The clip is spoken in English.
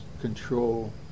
control